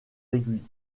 aiguilles